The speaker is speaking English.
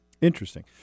Interesting